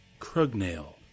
Krugnail